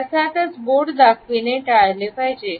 अर्थातच बोट दाखविणे टाळले पाहिजे